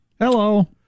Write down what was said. hello